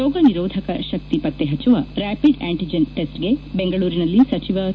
ರೋಗ ನಿರೋಧಕ ಶಕ್ತಿ ಪತ್ತೆ ಹಚ್ಚುವ ರಾಪಿಡ್ ಆಂಟಜೆನ್ ಟೆಸ್ಗೆಗೆ ಬೆಂಗಳೂರಿನಲ್ಲಿ ಸಚಿವ ಡಾ